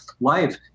life